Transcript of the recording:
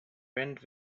went